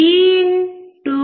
Vin 2